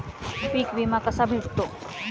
पीक विमा कसा भेटतो?